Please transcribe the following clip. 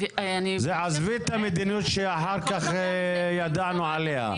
עזבי את המדיניות שאחר כך ידענו עליה.